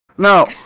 now